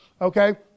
Okay